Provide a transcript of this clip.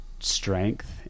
strength